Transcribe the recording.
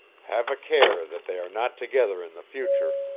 have a care that they are not together in the future,